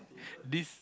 this